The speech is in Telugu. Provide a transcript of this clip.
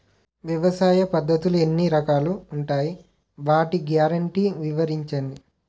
వ్యవసాయ పద్ధతులు ఎన్ని రకాలు ఉంటాయి? వాటి గ్యారంటీ వివరించండి?